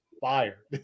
fire